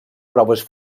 proves